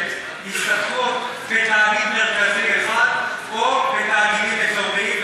מסתפקות בתאגיד מרכזי אחד או בתאגידים אזוריים,